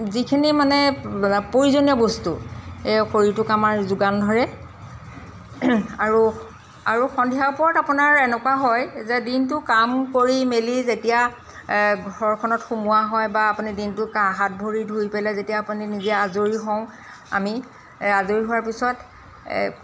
যিখিনি মানে প্ৰয়োজনীয় বস্তু এ শৰীৰটোক আমাৰ যোগান ধৰে আৰু আৰু সন্ধিয়া ওপৰত আপোনাৰ এনেকুৱা হয় যে দিনটো কাম কৰি মেলি যেতিয়া ঘৰখনত সোমোৱা হয় বা আপুনি কা দিনটো হাত ভৰি ধুই পেলাই যেতিয়া আপুনি নিজে আজৰি হওঁ আমি আজৰি হোৱাৰ পিছত